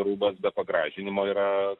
rūbas be pagražinimo yra